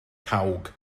cawg